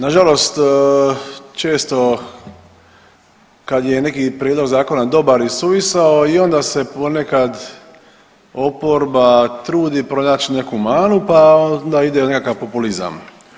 Nažalost, često kada je neki prijedlog zakona dobar i suvisao i onda se ponekad oporba trudi pronać neku manu pa onda ide nekakav populizam.